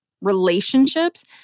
relationships